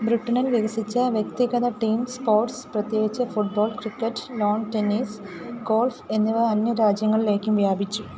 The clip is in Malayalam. ബ്രിട്ടനിൽ വികസിച്ച വ്യക്തിഗത ടീം സ്പോർട്സ് പ്രത്യേകിച്ച് football cricket lawn tennis golf എന്നിവ അന്യ രാജ്യങ്ങളിലേക്കും വ്യാപിച്ചു